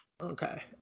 Okay